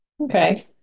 Okay